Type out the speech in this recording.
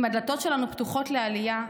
אם הדלתות שלנו פתוחות לעלייה,